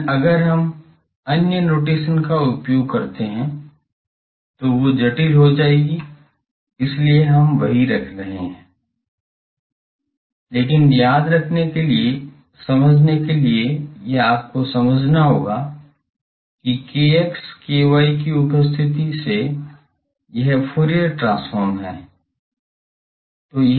लेकिन अगर हम अन्य नोटेशन का उपयोग करते हैं तो वो जटिल हो जाएंगी इसलिए हम वही रख रहे हैं लेकिन याद रखने के लिए समझने के लिए या आपको समझना होगा कि kx ky की उपस्थिति से यह फूरियर ट्रांसफॉर्म है